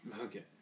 Okay